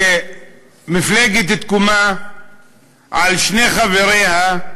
שמפלגת תקומה על שני חבריה,